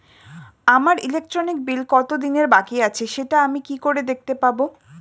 আমার electric bill কত দিনের বাকি আছে সেটা আমি কি করে দেখতে পাবো?